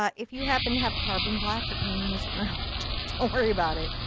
ah if you happen to have carbon black, your painting isn't ruined. don't worry about it.